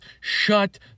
shut